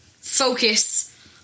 focus